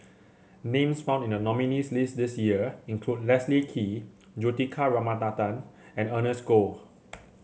names found in the nominees' list this year include Leslie Kee Juthika Ramanathan and Ernest Goh